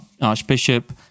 archbishop